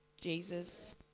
Jesus